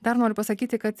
dar noriu pasakyti kad